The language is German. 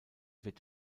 wird